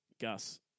Gus